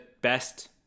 best